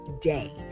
day